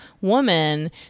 woman